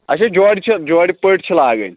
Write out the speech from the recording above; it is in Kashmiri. اچھا جوڑِ چھِ جوڑِ پٔٹۍ چھِ لاگٕنۍ